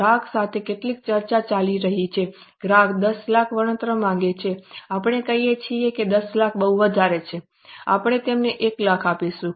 ગ્રાહક સાથે કેટલીક ચર્ચા ચાલી રહી છે ગ્રાહક 10 લાખ વળતર માંગે છે આપણે કહીએ છીએ કે 10 લાખ બહુ વધારે છે આપણે તમને 1 લાખ આપીશું